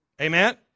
Amen